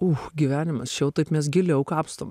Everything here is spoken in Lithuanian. uch gyvenimas čia jau taip mes giliau kapstom